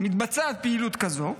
מתבצעת פעילות כזאת,